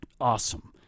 awesome